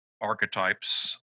archetypes